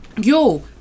Yo